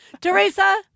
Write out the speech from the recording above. Teresa